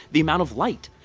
the amount of light,